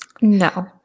No